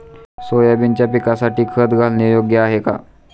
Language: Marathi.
सोयाबीनच्या पिकासाठी खत घालणे योग्य आहे का?